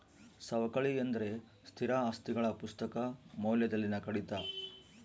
ಸವಕಳಿ ಎಂದರೆ ಸ್ಥಿರ ಆಸ್ತಿಗಳ ಪುಸ್ತಕ ಮೌಲ್ಯದಲ್ಲಿನ ಕಡಿತ